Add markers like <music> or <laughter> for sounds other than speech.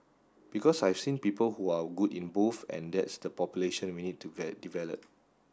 because I've seen people who are good in both and that's the population we need to <unintelligible> develop